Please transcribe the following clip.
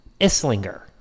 Islinger